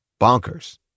bonkers